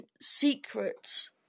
secrets